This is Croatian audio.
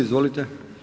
Izvolite.